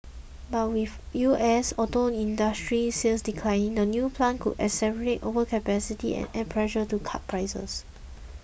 but with U S auto industry sales declining the new plant could exacerbate overcapacity and add pressure to cut prices